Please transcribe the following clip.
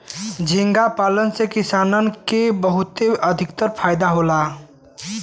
झींगा पालन से किसानन के बहुते अधिका फायदा होला